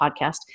podcast